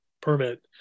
permit